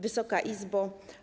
Wysoka Izbo!